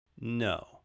No